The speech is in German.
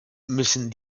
müssen